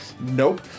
Nope